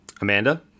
Amanda